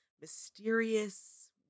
mysterious